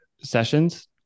sessions